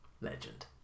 Legend